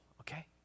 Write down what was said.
okay